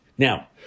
Now